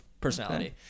personality